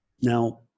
now